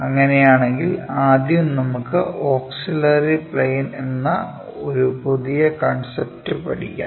അങ്ങനെയാണെങ്കിൽ ആദ്യം നമുക്ക് ഓക്സിലറി പ്ലെയിൻ എന്ന ഒരു പുതിയ കൺസെപ്റ്റ് പഠിക്കാം